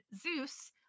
Zeus